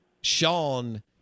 Sean